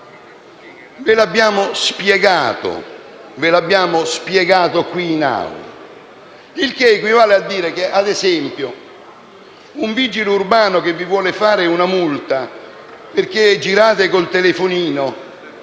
Ve l'abbiamo spiegato qui in